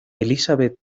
elisabet